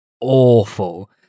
awful